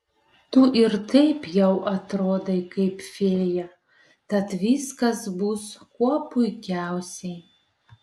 tu ir taip jau atrodai kaip fėja tad viskas bus kuo puikiausiai